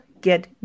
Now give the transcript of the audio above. get